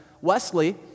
Wesley